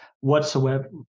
whatsoever